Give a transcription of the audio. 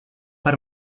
per